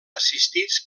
assistits